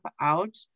out